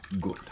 Good